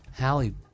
hallie